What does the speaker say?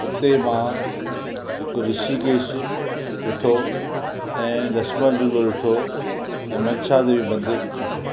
उते मां हिकु ॠषिकेश ॾिठो ऐं लक्ष्मण झूलो ॾिठो ऐं मनसा देवी मंदर ॾिठो